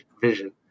vision